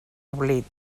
oblit